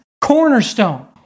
cornerstone